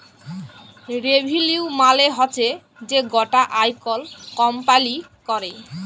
revenue মালে হচ্যে যে গটা আয় কল কম্পালি ক্যরে